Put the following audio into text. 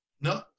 No